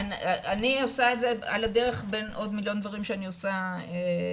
אני עושה את זה על הדרך בין עוד מיליון דברים שאני עושה בארגון,